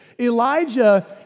Elijah